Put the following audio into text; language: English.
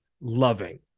loving